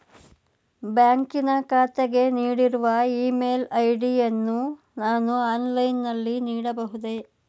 ಬ್ಯಾಂಕಿನ ಖಾತೆಗೆ ನೀಡಿರುವ ಇ ಮೇಲ್ ಐ.ಡಿ ಯನ್ನು ನಾನು ಆನ್ಲೈನ್ ನಲ್ಲಿ ನೀಡಬಹುದೇ?